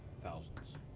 thousands